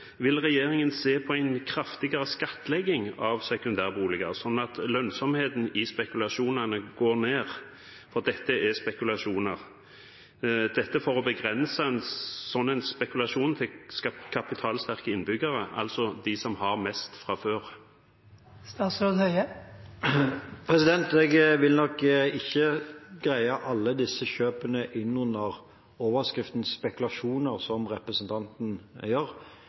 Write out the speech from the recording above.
vil regjeringen se på kraftigere skattlegging av sekundærboliger, sånn at lønnsomheten i spekulasjonene går ned – for dette er spekulasjoner – for å begrense en sånn spekulasjon fra kapitalsterke innbyggere, altså de som har mest fra før? Jeg vil nok ikke sette alle disse kjøpene innunder overskriften «spekulasjoner», som representanten gjør.